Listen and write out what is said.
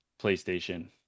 PlayStation